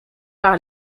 par